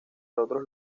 otros